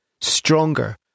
stronger